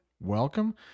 welcome